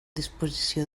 disposició